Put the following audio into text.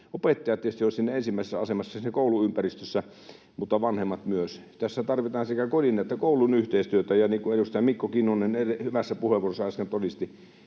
siinä kouluympäristössä ensimmäisessä asemassa, mutta vanhemmat myös. Tässä tarvitaan sekä kodin että koulun yhteistyötä, ja niin kuin edustaja Mikko Kinnunen hyvässä puheenvuorossaan äsken